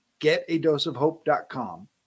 getadoseofhope.com